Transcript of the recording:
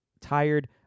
tired